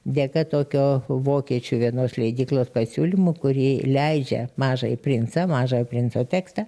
dėka tokio vokiečių vienos leidyklos pasiūlymų kuri leidžia mažąjį princą mažojo princo tekstą